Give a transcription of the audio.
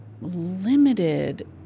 limited